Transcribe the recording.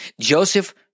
Joseph